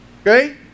Okay